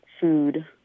food